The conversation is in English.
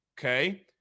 okay